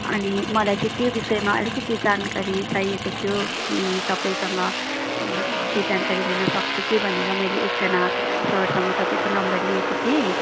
अनि मलाई चाहिँ त्यो विषयमा अलिकति जानकारी चाहिएको थियो अनि तपाईँसँग त्यो जानकारी लिनसक्छु कि भनेर मैले एकजना सरसँग तपाईँको नम्बर लिएको थिएँ